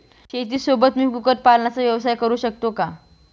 शेतीसोबत मी कुक्कुटपालनाचा व्यवसाय करु शकतो का?